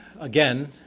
again